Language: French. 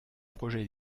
projet